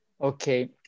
Okay